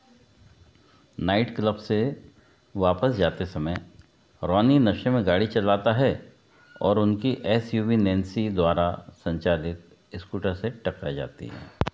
night club से वापस जाते समय रॉनी नशे में गाड़ी चलाता है और उनकी एस यू वी नैन्सी द्वारा संचालित स्कूटर से टकरा जाती है